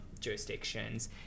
jurisdictions